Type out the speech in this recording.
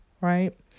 right